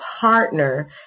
partner